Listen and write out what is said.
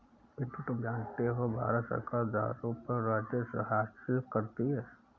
पिंटू तुम जानते हो भारत सरकार दारू पर राजस्व हासिल करती है